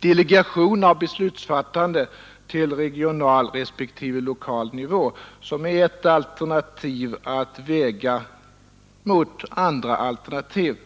delegering av beslutsfattande till regional respektive lokal nivå som ett alternativ att väga mot andra alternativ.